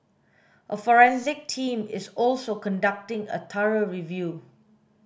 a forensic team is also conducting a thorough review